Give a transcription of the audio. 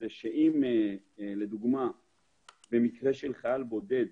אם במקרה של חייל בודד